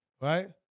Right